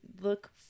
look